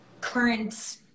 current